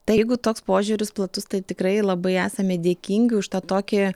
tai jeigu toks požiūris platus tai tikrai labai esame dėkingi už tą tokį